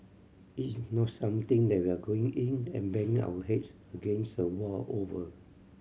it's not something that we are going in and banging our heads against a wall over